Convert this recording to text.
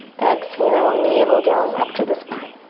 exhale, navel draws up to the spine.